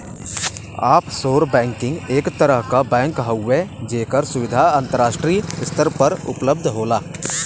offshore banking एक तरह क बैंक हउवे जेकर सुविधा अंतराष्ट्रीय स्तर पर उपलब्ध होला